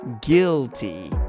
Guilty